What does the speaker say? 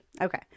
okay